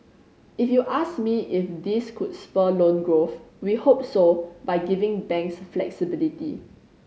if you ask me if this could spur loan growth we hope so by giving banks flexibility